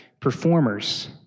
performers